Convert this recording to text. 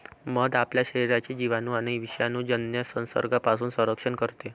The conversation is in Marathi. मध आपल्या शरीराचे जिवाणू आणि विषाणूजन्य संसर्गापासून संरक्षण करते